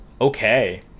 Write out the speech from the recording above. okay